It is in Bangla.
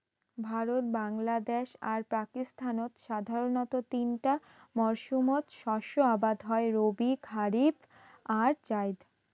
ভারত, বাংলাদ্যাশ আর পাকিস্তানত সাধারণতঃ তিনটা মরসুমত শস্য আবাদ হই রবি, খারিফ আর জাইদ